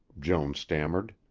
joan stammered.